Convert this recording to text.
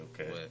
Okay